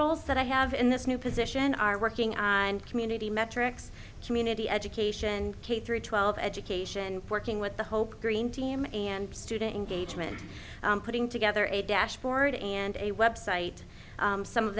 s that i have in this new position are working and community metrics community education k through twelve education working with the whole green team and student engagement putting together a dashboard and a website some of